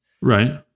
right